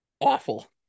awful